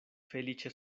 feliĉe